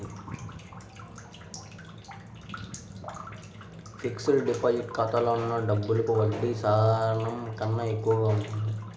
fixed deposit ఖాతాలో ఉన్న డబ్బులకి వడ్డీ సాధారణం కన్నా ఎక్కువగా ఉంటుంది